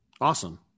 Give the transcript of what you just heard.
Awesome